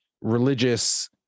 religious